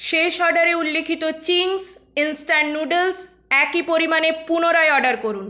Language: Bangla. শেষ অর্ডারে উল্লিখিত চিংস ইন্সট্যান্ট নুডলস্ একই পরিমাণে পুনরায় অর্ডার করুন